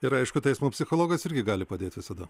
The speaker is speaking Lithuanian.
ir aišku teismo psichologas irgi gali padėti visada